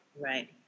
right